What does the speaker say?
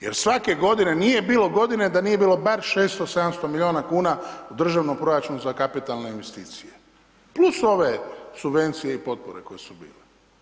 Jer svake godine nije bilo godine da nije bilo bar 600, 700 miliona kuna u državnom proračunu za kapitalne investicije, plus ove subvencije i potpore koje su bili.